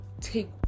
take